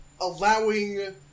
allowing